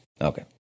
Okay